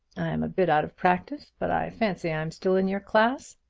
i am a bit out of practice, but i fancy i am still in your class.